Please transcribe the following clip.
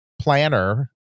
planner